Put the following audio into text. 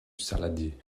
saladier